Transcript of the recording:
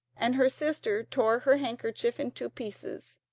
and her sister tore her handkerchief in two pieces,